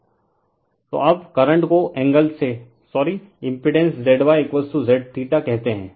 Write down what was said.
refer slide time 0638 तो अब current को एंगल से sorry impedance Z y Zθ कहते हैं